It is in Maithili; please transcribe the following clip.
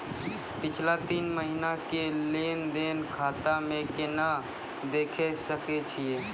पिछला तीन महिना के लेंन देंन खाता मे केना देखे सकय छियै?